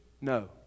No